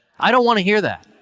i don't want to hear that.